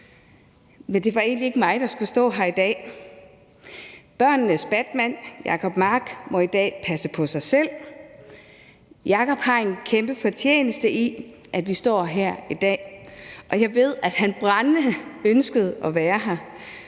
Men det var egentlig ikke mig, der skulle stå her i dag. Børnenes Batman, Jacob Mark, må i dag passe på sig selv. Jacob har en kæmpe fortjeneste i, at vi står her i dag, og jeg ved, at han brændende ønskede at være her,